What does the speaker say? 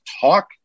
talk